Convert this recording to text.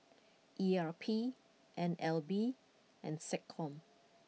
E R P N L B and SecCom